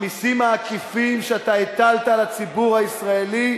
המסים העקיפים שאתה הטלת על הציבור הישראלי,